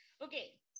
Okay